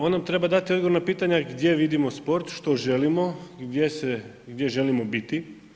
On nam treba dati odgovor na pitanja gdje vidimo sport, što želimo, gdje želimo biti.